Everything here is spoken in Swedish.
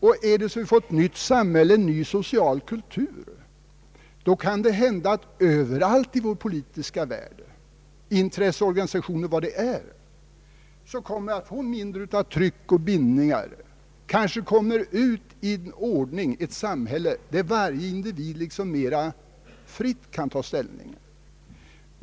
Får vi ett nytt samhälle och en ny social kultur, kommer vi kanhända överallt i vår politiska värld att få mindre av tryck och bindningar. Kanske får vi ett samhälle, där varje individ fritt kan ta ställning.